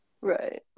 Right